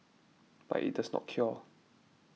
but it does not cure